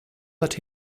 that